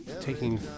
Taking